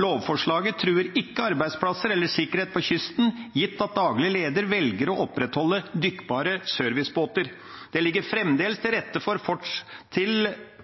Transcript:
Lovforslaget truer ikke arbeidsplasser eller sikkerhet på kysten, gitt at daglig leder velger å opprettholde dykkbare servicebåter. Det ligger fremdeles til rette for